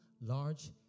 large